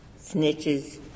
snitches